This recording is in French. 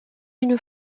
une